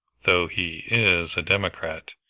though he is a democrat.